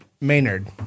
Maynard